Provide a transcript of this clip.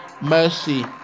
mercy